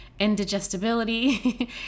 indigestibility